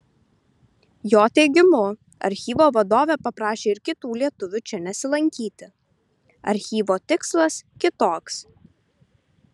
jo teigimu archyvo vadovė paprašė ir kitų lietuvių čia nesilankyti archyvo tikslas kitoks